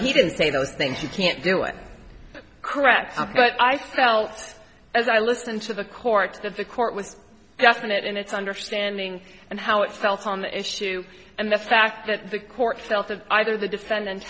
he did say those things you can't do it correct but i felt as i listened to the court that the court was definite in its understanding and how it felt on the issue and the fact that the court self of either the defendant